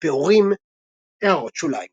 ביאורים == הערות שוליים ==